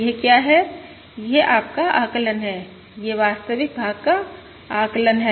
यह क्या है यह आपका आकलन है यह वास्तविक भाग का आकलन है